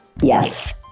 Yes